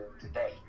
today